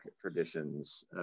traditions